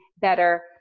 better